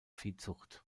viehzucht